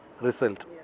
result